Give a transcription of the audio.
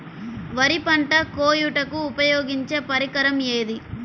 వరి పంట కోయుటకు ఉపయోగించే పరికరం ఏది?